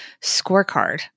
scorecard